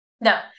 No